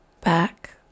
back